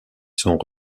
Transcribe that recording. sont